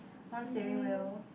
one steering wheel